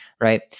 Right